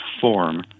form